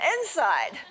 inside